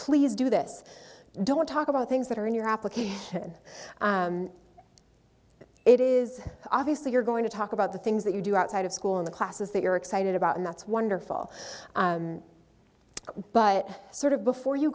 please do this don't talk about things that are in your application it is obviously you're going to talk about the things that you do outside of school in the classes that you're excited about and that's wonderful but sort of before you